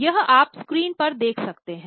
यह आप स्क्रीन पर देख सकते हैं